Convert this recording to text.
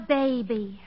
baby